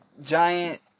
giant